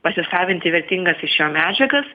pasisavinti vertingas iš jo medžiagas